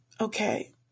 okay